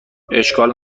اشکال